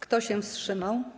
Kto się wstrzymał?